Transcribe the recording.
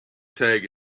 tag